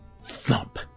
thump